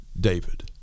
David